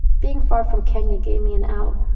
being far from kenya gave me an out.